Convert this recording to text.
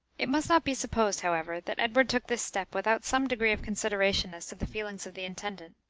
it must not be supposed, however, that edward took this step without some degree of consideration as to the feelings of the intendant.